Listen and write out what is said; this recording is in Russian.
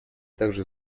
также